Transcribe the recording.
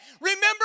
Remember